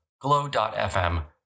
Glow.fm